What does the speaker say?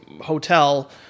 hotel